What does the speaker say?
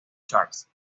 charts